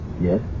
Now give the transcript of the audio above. Yes